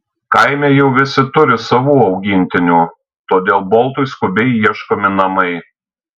kaime jau visi turi savų augintinių todėl boltui skubiai ieškomi namai